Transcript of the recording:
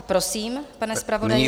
Prosím, pane zpravodaji.